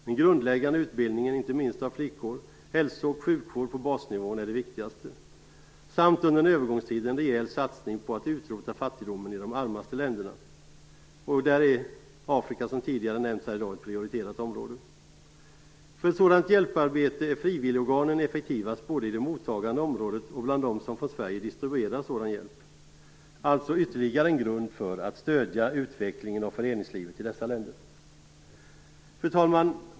Den grundläggande utbildningen, inte minst av flickor, och hälso och sjukvården på basnivån är det viktigaste. Under en övergångstid hör en rejäl satsning på att utrota fattigdomen i de armaste länderna också till det viktigaste. Där är Afrika, som tidigare nämnts här i dag, ett prioriterat område. För ett sådant hjälparbete är frivilligorganen effektivast, både i det mottagande området och bland dem som från Sverige distribuerar hjälpen. Det är alltså ytterligare en grund för att stödja utvecklingen av föreningslivet i dessa länder. Fru talman!